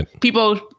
People